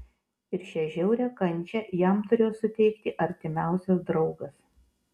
ir šią žiaurią kančią jam turėjo suteikti artimiausias draugas